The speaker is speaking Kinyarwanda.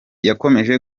yakomeje